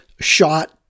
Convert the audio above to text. shot